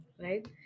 right